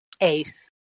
ace